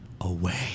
away